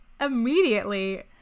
immediately